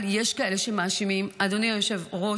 אבל יש כאלה שמאשימים את הנשים, אדוני היושב-ראש.